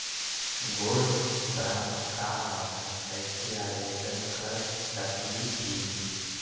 Gold bond का है, हम कैसे आवेदन कर सकली ही?